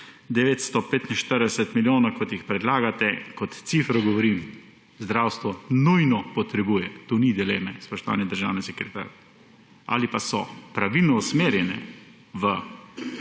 945 milijonov, kot jih predlagate, kot cifro govorim, zdravstvo nujno potrebuje, tu ni dileme, spoštovani državni sekretar. Ali pa so pravilno usmerjene v